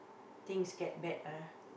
things get bad ah